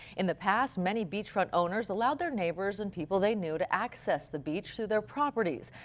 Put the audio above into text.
in the past, many beachfront owners allowed their neighbors and people they knew to access the beach through their properties.